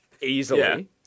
easily